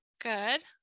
Good